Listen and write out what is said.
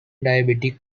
diabetic